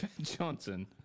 Johnson